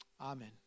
amen